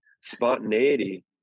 spontaneity